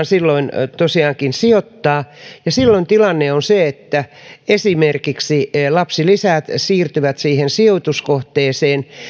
silloin tosiaankin sijoittaa ja silloin tilanne on se että esimerkiksi lapsilisät siirtyvät siihen sijoituskohteeseen